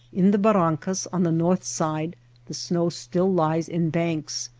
in the barrancas on the north side the snow still lies in banks,